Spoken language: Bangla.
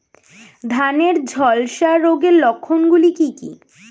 ধানের ঝলসা রোগের লক্ষণগুলি কি কি?